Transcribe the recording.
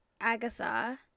Agatha